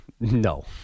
No